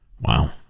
Wow